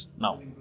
now